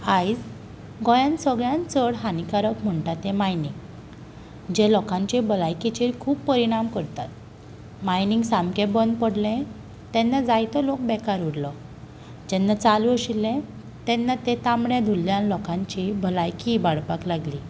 आयज गोंयांत सगळ्यांत चड हानिकारक म्हणटात तें मायनींग जें लोकांचे भलायकेचेर खूब परिणाम करता मायनींग सारकें बंद पडलें तेन्ना जायतो लोक बेकार उरलो जेन्ना चालू आसिल्लें तेन्ना ते तांबडे धुल्लान लोकांची भलायकी इबाडपाक लागली